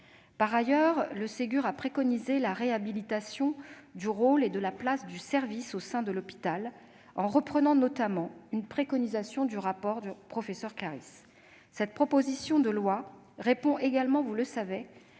Par ailleurs, le Ségur a préconisé la réhabilitation « du rôle et de la place du service au sein de l'hôpital », en reprenant notamment une préconisation du rapport Claris. Cette proposition de loi répond également, vous le savez,